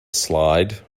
slide